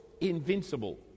invincible